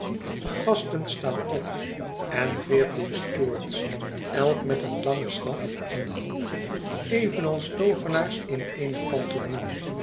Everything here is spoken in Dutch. de gasten staan op en veertien stewards elk met een langen staf in de hand evenals toovenaars in eene